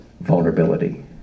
vulnerability